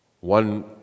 One